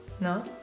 No